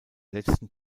letzten